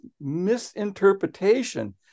misinterpretation